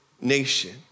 nation